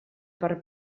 per